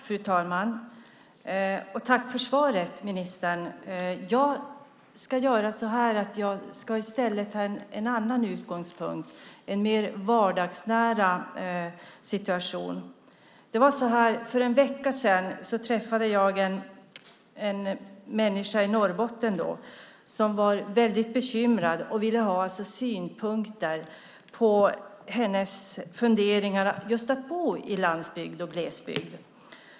Fru talman! Jag tackar för svaret, ministern. Jag ska ta en annan utgångspunkt, en mer vardagsnära situation. För en vecka sedan träffade jag en människa i Norrbotten som var väldigt bekymrad. Hon ville ha synpunkter på sina funderingar om att bo på landsbygd och i glesbygd.